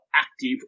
active